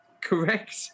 Correct